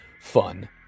fun